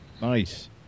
nice